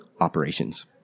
operations